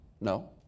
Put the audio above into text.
No